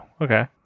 okay